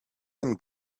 them